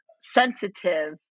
sensitive